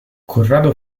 corrado